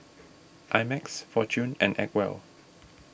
I Max fortune and Acwell